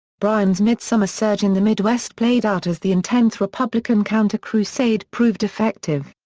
bryan's midsummer surge in the midwest played out as the intense republican counter-crusade proved effective.